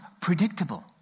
predictable